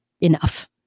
enough